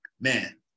man